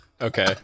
Okay